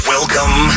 Welcome